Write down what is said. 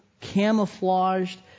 camouflaged